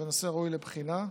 נושא ראוי לבחינה.